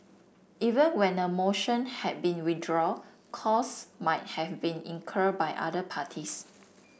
even when a motion had been withdrawn costs might have been incurred by other parties